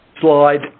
Slide